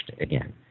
again